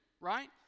right